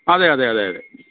അതെ അതെ അതെ അതെ